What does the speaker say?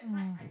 mm